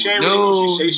no